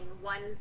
one